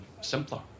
simpler